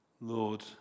Lord